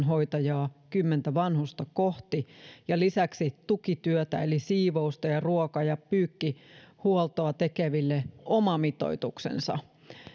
hoitajaa kymmentä vanhusta kohti ja lisäksi tukityötä eli siivousta ja ruoka ja pyykkihuoltoa tekeville oma mitoituksensa